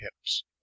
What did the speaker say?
hips